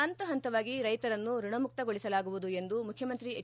ಪಂತ ಪಂತವಾಗಿ ರೈತರನ್ನು ಋಣಮುಕ್ತಗೊಳಿಸಲಾಗುವುದು ಎಂದು ಮುಖ್ಯಮಂತ್ರಿ ಎಚ್